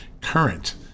current